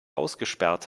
ausgesperrt